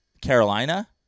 Carolina